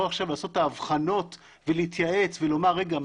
עכשיו לעשות את ההבחנות ולהתייעץ ולומר רגע,